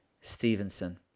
Stevenson